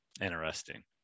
interesting